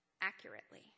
accurately